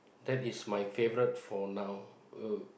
that is my favourite for now uh